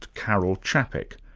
karel capek.